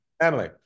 Emily